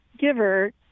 giver